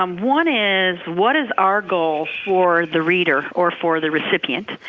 um one is what is our goal for the reader or for the recipient,